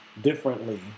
differently